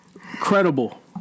credible